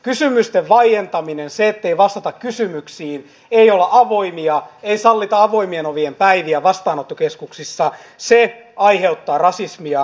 kysymysten vaientaminen se ettei vastata kysymyksiin ei olla avoimia ei sallita avoimien ovien päiviä vastaanottokeskuksissa aiheuttaa rasismia